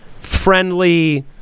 friendly